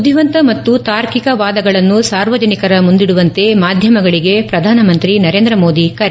ಬುಧಿವಂತ ಮತ್ತು ತಾರ್ಕಿಕ ವಾದಗಳನ್ನು ಸಾರ್ವಜನಿಕರ ಮುಂದಿಡುವಂತೆ ಮಾಧ್ವಮಗಳಿಗೆ ಪ್ರಧಾನಮಂತ್ರಿ ನರೇಂದ್ರ ಮೋದಿ ಕರೆ